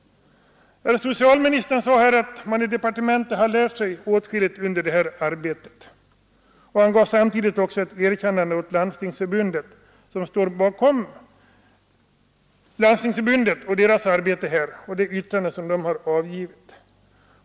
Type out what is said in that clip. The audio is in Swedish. Herr socialministern sade vidare att man i departementet lärt sig åtskilligt under arbetets gång, och han gav samtidigt ett erkännande åt Landstingsförbundet och dess arbete samt det yttrande Landstingsförbundet avgivit.